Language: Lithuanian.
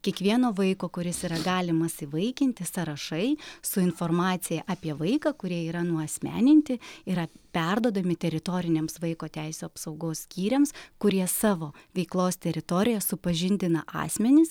kiekvieno vaiko kuris yra galimas įvaikinti sąrašai su informacija apie vaiką kurie yra nuasmeninti yra perduodami teritoriniams vaiko teisių apsaugos skyriams kurie savo veiklos teritorijoje supažindina asmenis